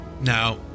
Now